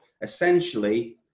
essentially